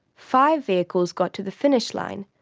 five vehicles got to the finish line.